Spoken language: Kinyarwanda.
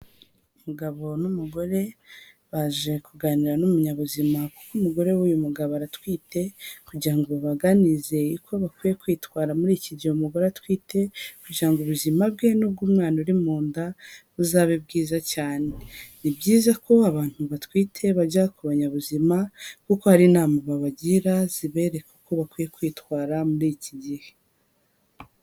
Umugabo n'umugore baje kuganira n'umunyabuzima, kuko umugore w'uyu mugabo aratwite, kugira ngo babaganizeye ko bakwiye kwitwara muri iki gihe umugore atwite, kugira ubuzima bwe n'ubw'umwana uri mu nda buzabe bwiza cyane, ni byiza ko abantu batwite bajya ku banyazima, kuko hari inama babagira zibereka uko bakwiye kwitwara muri iki gihe.